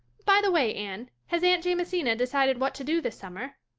by the way, anne, has aunt jamesina decided what to do this summer?